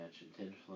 intentionally